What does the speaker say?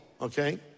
Okay